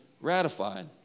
ratified